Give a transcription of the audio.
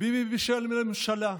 ביבי בישל ממשלה.